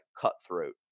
cutthroat